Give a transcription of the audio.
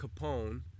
Capone